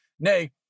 Nay